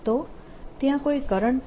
તો ત્યાં કોઈ કરંટ નથી